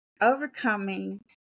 overcoming